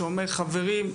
שאומר חברים,